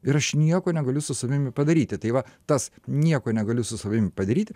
ir aš nieko negaliu su savimi padaryti tai va tas nieko negaliu su savimi padaryti